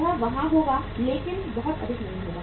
यह वहाँ होगा लेकिन बहुत अधिक नहीं होगा